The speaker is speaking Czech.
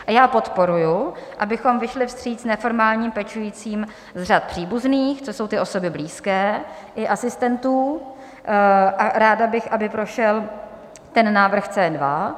A já podporuji, abychom vyšli vstříc neformálním pečujícím z řad příbuzných, to jsou osoby blízké, i asistentů, a ráda bych, aby prošel návrh C2.